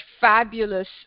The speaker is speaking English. fabulous